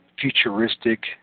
futuristic